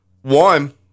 one